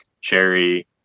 cherry